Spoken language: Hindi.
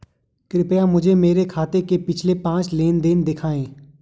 कृपया मुझे मेरे खाते के पिछले पांच लेन देन दिखाएं